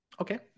Okay